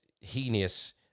heinous